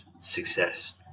success